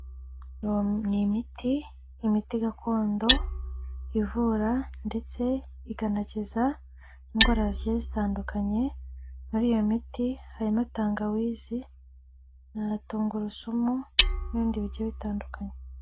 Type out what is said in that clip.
Ni imiti, imiti gakondo ivura ndetse ikanakiza indwara zigiye zitandukanye. Muri iyo miti harimo tangawizi na tungurusumu n'ibindi bigiye bitandukanye.